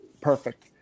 perfect